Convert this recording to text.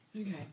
Okay